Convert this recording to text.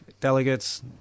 delegates